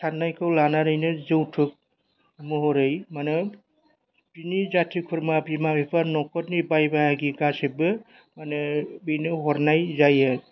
साननायखौ लानानैनो जौथुक महरै माने बिनि जाथि खुरमा बिमा बिफा न'खरनि बाय बाहागि गासैबो माने बेनो हरनाय जायो